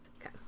Okay